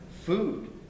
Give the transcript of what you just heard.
food